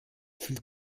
viel